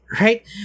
Right